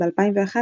ב-2001,